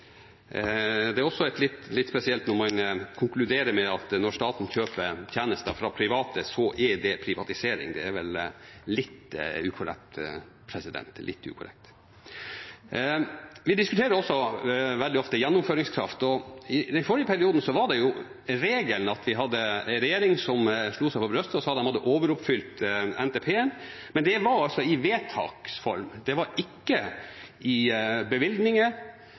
Det er også litt spesielt å konkludere med at når staten kjøper tjenester fra private, så er det privatisering. Det er vel litt ukorrekt. Vi diskuterer også veldig ofte gjennomføringskraft. I den forrige perioden var det regelen at vi hadde en regjering som slo seg på brystet og sa at de hadde overoppfylt NTP, men det var i vedtaksform, det var ikke ved bevilgninger. Det var overtydelig når man så på listen over forsinkede prosjekter, at man overhodet ikke var kommet i